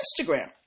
Instagram